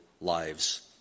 lives